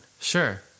Sure